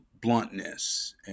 bluntness